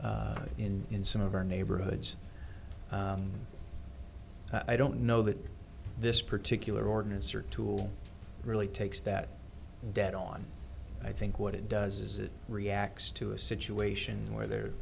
will in in some of our neighborhoods i don't know that this particular ordinance or tool really takes that dead on i think what it does is it reacts to a situation where there